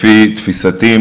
לפי תפיסתי,